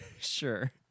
sure